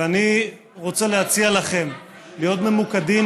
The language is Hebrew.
ואני רוצה להציע לכם להיות ממוקדים